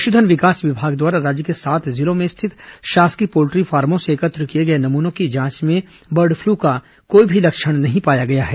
पश्धन विकास विभाग द्वारा राज्य के सात जिलों में स्थित शासकीय पोल्ट्री फार्मों से एकत्र किए गए नमूनों की जांच में बर्ड फ्लू का कोई भी लक्षण नहीं पाया गया है